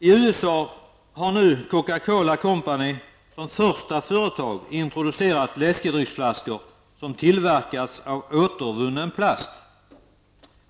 I USA har nu Coca-Cola Company som första företag introducerat läskedrycksflaskor som tillverkats av återvunnen plast.